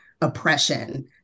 oppression